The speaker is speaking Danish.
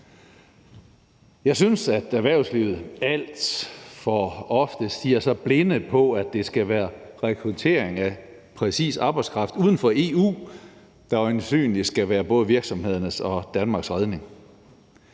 Jeg synes, at erhvervslivet alt for ofte stirrer sig blinde på, at det skal være rekruttering af lige præcis arbejdskraft uden for EU, der øjensynlig skal være både virksomhedernes og Danmarks redning,